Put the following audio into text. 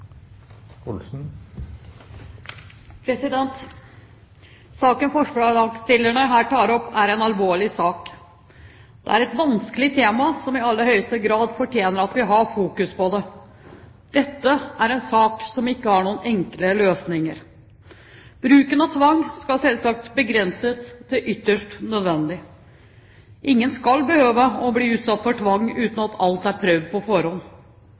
en alvorlig sak. Det er et vanskelig tema, som i aller høyeste grad fortjener at vi har fokus på det. Dette er en sak som ikke har noen enkle løsninger. Bruken av tvang skal selvsagt begrenses til det ytterst nødvendige. Ingen skal behøve å bli utsatt for tvang uten at alt er prøvd på forhånd.